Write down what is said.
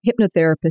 hypnotherapist